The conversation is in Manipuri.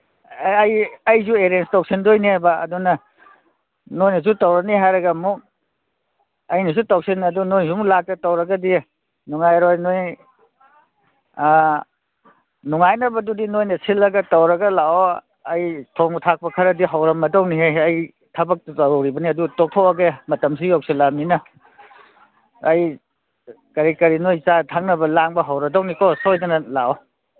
ꯑꯦ ꯑꯩ ꯑꯩꯁꯨ ꯑꯦꯔꯦꯟꯖ ꯇꯧꯁꯤꯟꯗꯣꯏꯅꯦꯕ ꯑꯗꯨꯅ ꯅꯣꯏꯅꯁꯨ ꯇꯧꯔꯅꯤ ꯍꯥꯏꯔꯒ ꯑꯩꯅꯁꯨ ꯇꯧꯁꯤꯟ ꯑꯗꯨ ꯅꯣꯏꯅꯁꯨ ꯑꯃꯨꯛ ꯂꯥꯛꯇ ꯇꯧꯔꯒꯗꯤ ꯅꯨꯡꯉꯥꯏꯔꯣꯏ ꯅꯣꯏ ꯑꯥ ꯅꯨꯡꯉꯥꯏꯅꯕꯗꯨꯗꯤ ꯅꯣꯏꯅ ꯁꯤꯜꯂꯒ ꯇꯧꯔꯒ ꯂꯥꯛꯑꯣ ꯑꯩ ꯊꯣꯡꯕ ꯊꯥꯛꯄ ꯈꯔꯗꯤ ꯍꯧꯔꯝꯃꯗꯕꯅꯤ ꯑꯩ ꯊꯕꯛꯇꯨ ꯇꯧꯔꯤꯕꯅꯤ ꯑꯗꯨ ꯇꯣꯛꯊꯣꯛꯑꯒꯦ ꯃꯇꯝꯁꯤ ꯌꯧꯁꯤꯜꯂꯛꯑꯝꯅꯤꯅ ꯑꯩ ꯀꯔꯤ ꯀꯔꯤꯅꯣ ꯆꯥꯅ ꯊꯛꯅꯕ ꯂꯥꯡꯕ ꯍꯧꯔꯗꯝꯅꯤꯀꯣ ꯁꯣꯏꯗꯅ ꯂꯥꯛꯑꯣ